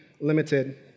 limited